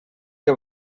que